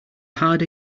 harder